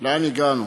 לאן הגענו?